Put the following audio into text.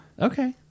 Okay